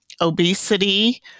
obesity